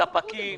ספקים.